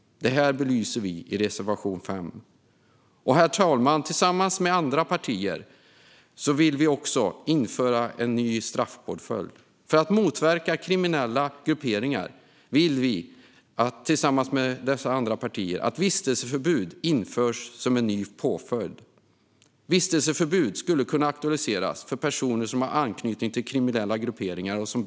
Detta belyser vi i reservation 5. Herr talman! Tillsammans med andra partier vill vi också införa en ny straffpåföljd. För att motverka kriminella grupperingar vill vi, tillsammans med dessa andra partier, att vistelseförbud införs som en ny påföljd. Vistelseförbud skulle kunna aktualiseras för personer som begått brott och har anknytning till kriminella grupperingar.